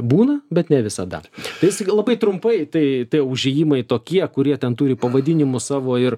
būna bet ne visada vis tik labai trumpai tai tai užėjimai tokie kurie ten turi pavadinimus savo ir